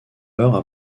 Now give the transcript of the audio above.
alors